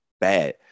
bad